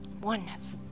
oneness